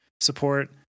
support